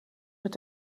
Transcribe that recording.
mit